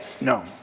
No